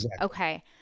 Okay